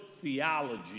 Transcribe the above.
theology